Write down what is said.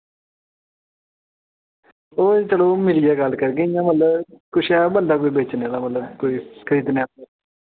एह् इंया गल्ल का दे हे की ऐ कोई बंदा इंया बेचने आह्ला खरीदना